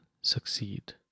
succeed